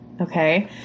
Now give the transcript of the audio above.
okay